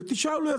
ותשאל אותו.